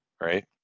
right